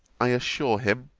i assure him,